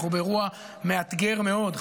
אנחנו באירוע מאתגר מאוד,